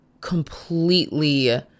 completely